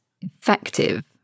effective